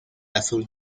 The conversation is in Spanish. azul